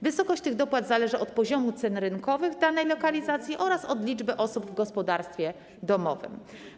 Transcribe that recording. Wysokość tych dopłat zależy od poziomu cen rynkowych w danej lokalizacji oraz od liczby osób w gospodarstwie domowym.